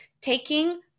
taking